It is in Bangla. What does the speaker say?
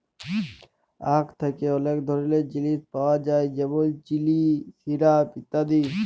আখ থ্যাকে অলেক ধরলের জিলিস পাওয়া যায় যেমল চিলি, সিরাপ ইত্যাদি